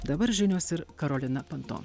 dabar žinios ir karolina panto